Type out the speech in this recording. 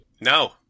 No